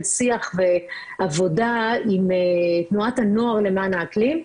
שיח ועבודה עם תנועת הנוער למען האקלים.